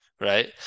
Right